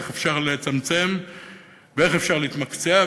איך אפשר לצמצם ואיך אפשר להתמקצע,